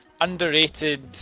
underrated